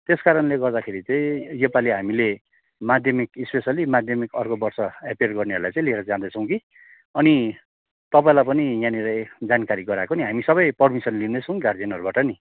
त्यस कारणले गर्दाखेरि चाहिँ योपालि हामीले माध्यमिक स्पेसलली माध्यमिक अर्को वर्ष एपियर गर्नेहरूलाई चाहिँ लिएर जाँदैछौँ कि अनि तपाईँलाई पनि यहाँनिर जानकारी गराएको नि हामी सबै परमिसन लिँदैछौँ गार्जेनहरूबाट नि